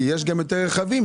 כי יש גם יותר רכבים,